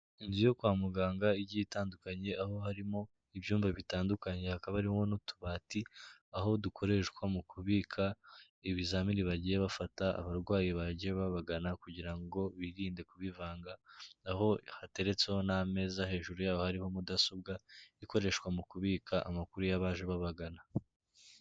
Inzu yo kwa muganga igiye itandukanye aho harimo ibyumba bitandukanye, hakaba harimo n'utubati aho dukoreshwa mu kubika ibizamini bagiye bafata abarwayi bagiye babagana kugira ngo birinde kubivanga aho hateretseho n'ameza, hejuru yaho hariho mudasobwa ikoreshwa mu kubika amakuru y'abaje babagana.